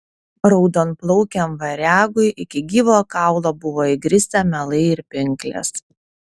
raudonplaukiam variagui iki gyvo kaulo buvo įgrisę melai ir pinklės